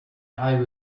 eye